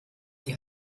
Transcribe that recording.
die